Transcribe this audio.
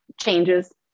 changes